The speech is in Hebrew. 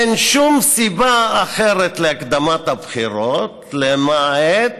אין שום סיבה אחרת להקדמת הבחירות, למעט